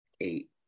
Eight